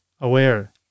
aware